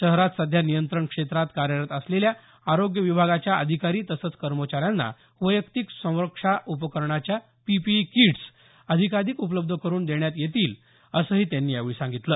शहरात सध्या नियंत्रण क्षेत्रात कार्यरत असलेल्या आरोग्य विभागाच्या अधिकारी तसंच कर्मचाऱ्यांना वैयक्तिक संरक्षा उपकरणाच्या पी पी ई किट्स अधिकाधिक उपलब्ध करून देण्यात येतील असंही त्यांनी यावेळी सांगितलं